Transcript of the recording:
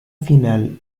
final